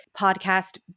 podcast